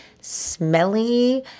smelly